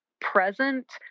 present